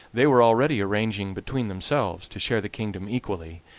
they were already arranging between themselves to share the kingdom equally,